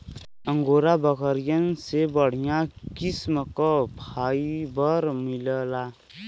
angora बकरियन से बढ़िया किस्म क फाइबर मिलला